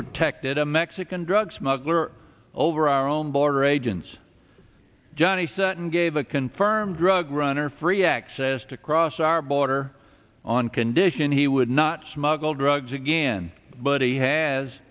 protected a mexican drug smuggler over our own border agents johnny sutton gave a confirmed drug runner free access to cross our border on condition he would not smuggle drugs again but he has